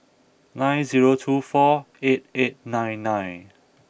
nine zero two four eight eight nine nine